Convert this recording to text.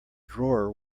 drawer